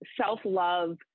self-love